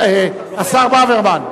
השר ברוורמן,